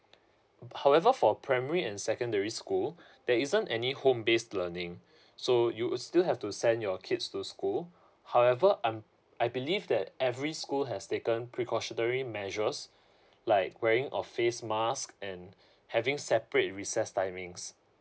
however for primary and secondary school there isn't any home base learning so you'd still have to send your kids to school however I'm I believe that every school has taken precautionary measures like wearing of face mask and having separate recess timings